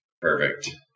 Perfect